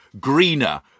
Greener